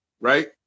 right